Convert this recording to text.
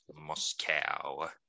Moscow